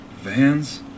Vans